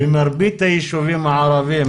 במרבית היישובים הערביים,